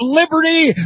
liberty